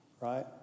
right